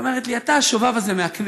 היא אומרת לי: אתה השובב הזה מהכנסת.